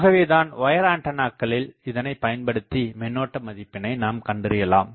ஆகவேதான் வயர் ஆண்டனாகளில் இதனை பயன்படுத்தி மின்னோட்ட மதிப்பினை நாம் கண்டறியலாம்